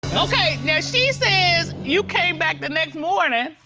okay, now she says, you came back the next morning,